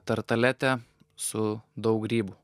tartaletę su daug grybų